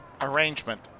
arrangement